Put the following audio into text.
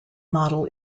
model